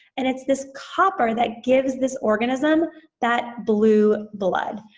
and it's this copper that gives this organism that blue blood.